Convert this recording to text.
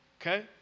okay